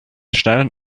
schnellen